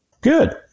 Good